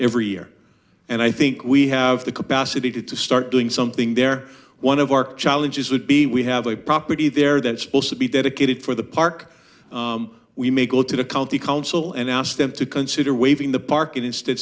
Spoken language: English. every year and i think we have the capacity to to start doing something there one of our challenges would be we have a property there that supposed to be dedicated for the park we may go to the county council and ask them to consider waiving the park instead